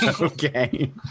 Okay